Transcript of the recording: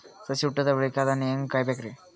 ಸಸಿ ಹುಟ್ಟಿದ ಬಳಿಕ ಅದನ್ನು ಹೇಂಗ ಕಾಯಬೇಕಿರಿ?